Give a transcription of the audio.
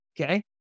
okay